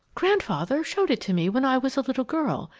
grandfather showed it to me when i was a little girl,